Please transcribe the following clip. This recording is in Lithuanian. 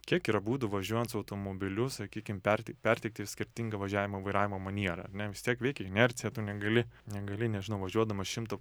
kiek yra būdų važiuojant su automobiliu sakykim per perteikti skirtingą važiavimo vairavimo manierą ar ne vis tiek veikia inercija tu negali negali nežinau važiuodamas šimto